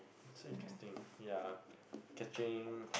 so interesting yea catching